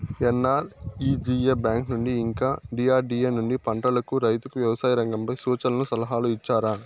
NREGA bank నుండి ఇంకా DRDA నుండి పంటలకు రైతుకు వ్యవసాయ రంగంపై సూచనలను సలహాలు ఇచ్చారా